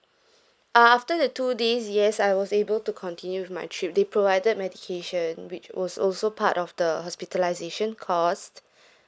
ah after the two days yes I was able to continue with my trip they provided medication which was also part of the hospitalization cost